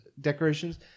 decorations